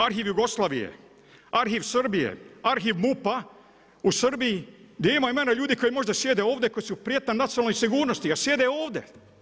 Arhiv Jugoslavije, Arhiv Srbije, Arhiv MUP-a u Srbiji gdje ima ljudi koji možda sjede ovdje koji su prijetnja nacionalnoj sigurnosti, a sjede ovdje.